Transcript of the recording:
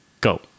go